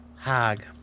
Hag